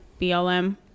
BLM